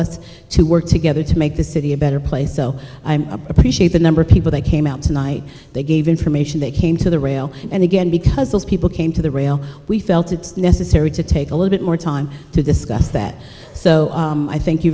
us to work together to make this city a better place so i'm a appreciate the number of people that came out tonight they gave information they came to the rail and again because those people came to the rail we felt it's necessary to take a little bit more time to discuss that so i thank you